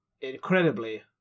Incredibly